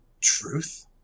Truth